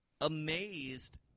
amazed